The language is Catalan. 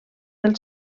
del